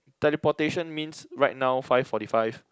teleportation means right now five forty five